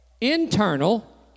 Internal